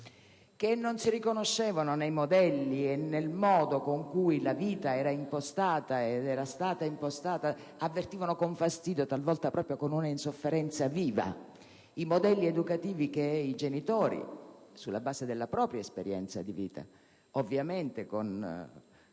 che non si riconoscevano nei modelli e nel modo con cui la vita era stata impostata. Avvertivamo con fastidio, talvolta proprio con viva insofferenza, i modelli educativi che i genitori, sulla base della propria esperienza di vita, tentavano,